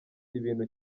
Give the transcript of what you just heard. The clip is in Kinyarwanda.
ibintu